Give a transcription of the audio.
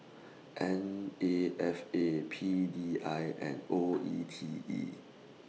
N A F A P D I and O E T E